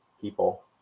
people